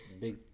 big